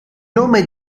nome